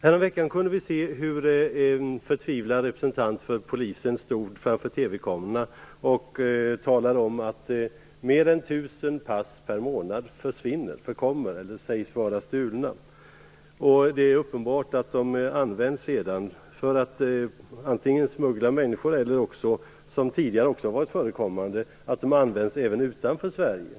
Häromveckan kunde vi se hur en förtvivlad representant för polisen framför TV-kamerorna talade om att mer än 1 000 pass per månad försvinner, förkommer eller sägs vara stulna. Det är uppenbart att passen sedan antingen används för att smuggla människor eller också, som tidigare varit förekommande, används utanför Sverige.